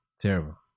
Terrible